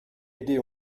aidés